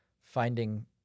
finding